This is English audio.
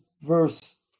verse